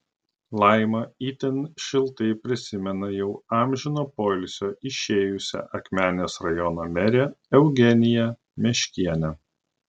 laima itin šiltai prisimena jau amžino poilsio išėjusią akmenės rajono merę eugeniją meškienę